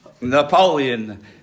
Napoleon